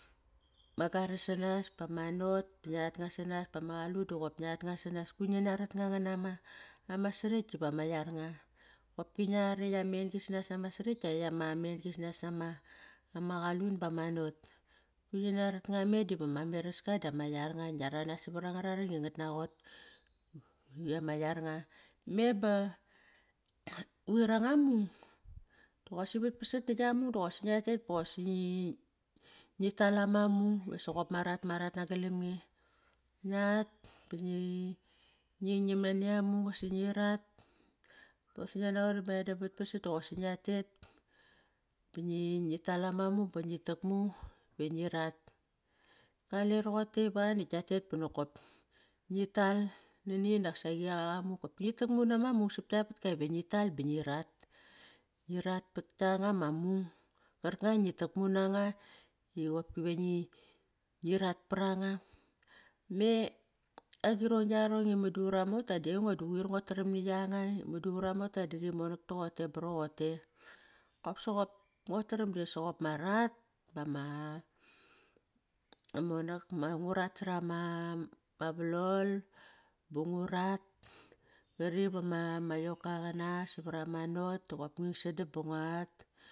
Garas sanas ba mat not da ngiat nga sanas bama qalun doqop ngiat nga sanas. Kuir ngina rat nga ngan ama sarakt vama yarnga. Bopki ngiar ekt ama en-gi senas nama sarakt da akt ama en-gi sanas nama qalun bama not. Kuir ngina rat nga me diva ma meraska dama yar nga. Ngia ranas nava nga rarang ingat naqot. I ama yaranga, me ba quir anga mung, doqosi vapasat na gia mung doqosi ngia tet boqosi ngi, ngi tal ama mung. Va soqop ma rat, ma rat na galam nge ngiat ba ngi, ngi nam nani amung bo qosi ngi rat. Boqosi ngia naqot i meda vatpasat doqosi ngia tet ba ngi tal ama mung ba ngi tak mu ve ngirat. Qale roqote va na ngia tet ba nokop ngi tal nani naksi a qak a mung. Qopki ngi tukmu nama mung sap gia vatka ve ngi tal ba ngi rat. Ngi rat pat kianga ma mung, qar nga ingi tukmu nanga iva qopki ngi rat paranga. Me agirong giarong i mudu ura mota di aingo di quir nguat tara, na yanga i mudu ura mota di ri monak toqote ba roqote. Kop soqop nguat taram da soqop ma rat bama ngu rat sarama valol ba ngu rat qari vama yoka qana savar ama not doqop ngu ing sadam ba nguat.